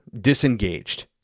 disengaged